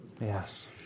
Yes